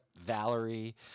Valerie